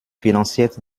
finanziert